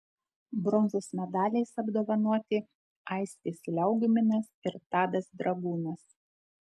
bronzos medaliais apdovanoti aistis liaugminas ir tadas dragūnas